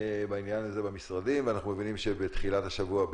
בעניין הזה במשרדים ואנחנו מבינים שבתחילת השבוע,